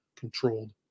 Controlled